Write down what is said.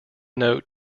note